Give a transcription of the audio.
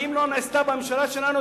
ואם היא נעשתה בממשלה שלנו,